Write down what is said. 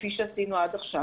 כפי שעשינו עד עכשיו.